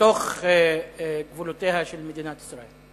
בתוך גבולותיה של מדינת ישראל.